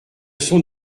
sont